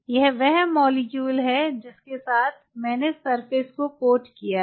यह वह मॉलिक्यूल है जिसके साथ मैंने सतह को कोट किया है